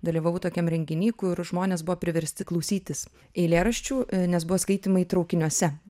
dalyvavau tokiam renginy kur žmonės buvo priversti klausytis eilėraščių nes buvo skaitymai traukiniuose